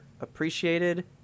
appreciated